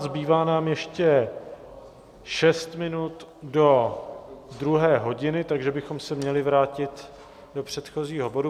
Zbývá nám ještě šest minut do druhé hodiny, takže bychom se měli vrátit do předchozího bodu...